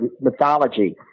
mythology